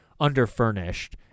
underfurnished